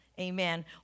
Amen